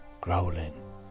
growling